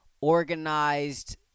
organized